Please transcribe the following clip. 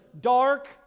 dark